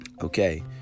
okay